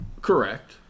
correct